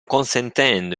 consentendo